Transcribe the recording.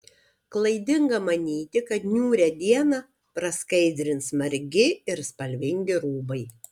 klaidinga manyti kad niūrią dieną praskaidrins margi ir spalvingi rūbai